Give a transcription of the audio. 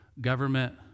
government